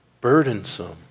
burdensome